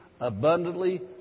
abundantly